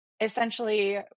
essentially